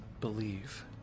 believe